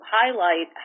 highlight